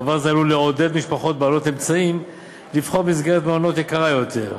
דבר זה עלול לעודד משפחות בעלות אמצעים לבחור מסגרת מעונות יקרה יותר,